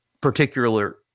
particular